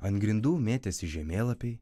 ant grindų mėtėsi žemėlapiai